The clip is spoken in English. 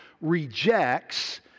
rejects